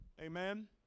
Amen